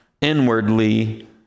inwardly